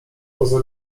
poza